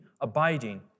abiding